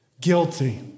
guilty